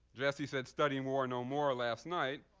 jesse said studying more, know more last night.